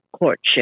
courtship